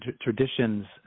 traditions